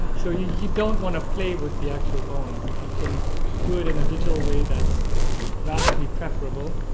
so you you don't want to play with the actual bones. if you can do it in a digital way that's vastly preferable.